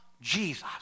Jesus